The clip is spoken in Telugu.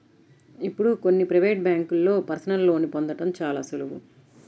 ఇప్పుడు కొన్ని ప్రవేటు బ్యేంకుల్లో పర్సనల్ లోన్ని పొందడం చాలా సులువు